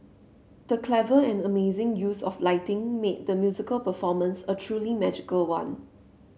the clever and amazing use of lighting made the musical performance a truly magical one